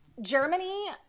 germany